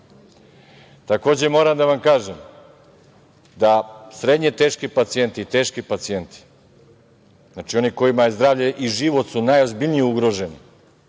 moram da vam kažem da srednje teški pacijenti i teški pacijenti, znači, onima kojima je zdravlje i život su najozbiljnije ugroženi,